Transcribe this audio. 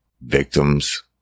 victims